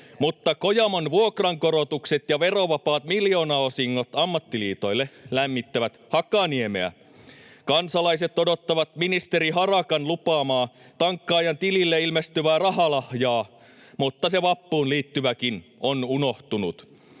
mutta Kojamon vuokrankorotukset ja verovapaat miljoonaosingot ammattiliitoille lämmittävät Hakaniemeä. Kansalaiset odottavat ministeri Harakan lupaamaa tankkaajan tilille ilmestyvää rahalahjaa, mutta se vappuun liittyväkin on unohtunut.